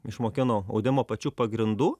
išmokino audimo pačių pagrindų